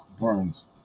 Burns